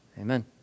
amen